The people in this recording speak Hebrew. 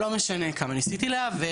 לא משנה כמה ניסיתי להיאבק,